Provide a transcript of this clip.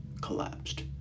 collapsed